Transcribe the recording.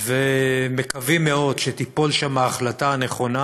ומקווים מאוד שתיפול שם ההחלטה הנכונה,